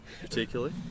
Particularly